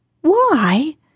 Why